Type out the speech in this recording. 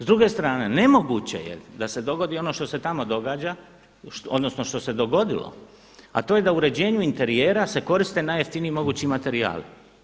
S druge strane, nemoguće je da se dogodi ono što se tamo događa, odnosno što se dogodilo, a to je da u uređenju interijera se koriste najjeftiniji mogući materijali.